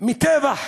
מטבח